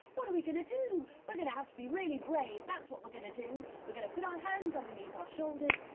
what are we going to do. we're going to have to be really brave, that's what we're going to do. we're going to put our hands underneath our shoulders,